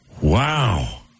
Wow